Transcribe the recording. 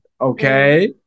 Okay